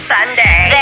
Sunday